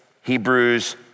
Hebrews